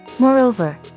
Moreover